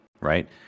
right